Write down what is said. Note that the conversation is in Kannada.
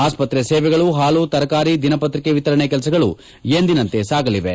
ಆಸ್ತ್ರೆ ಸೇವೆಗಳು ಹಾಲು ತರಕಾರಿ ದಿನಪತ್ರಿಕೆ ವಿತರಣೆ ಕೆಲಸಗಳು ಎಂದಿನಂತೆ ಸಾಗಲಿವೆ